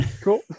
Cool